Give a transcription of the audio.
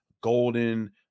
Golden